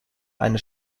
eine